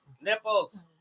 Nipples